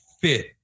fit